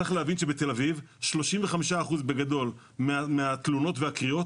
צריך להבין שבתל אביב 35% מהתלונות והקריאות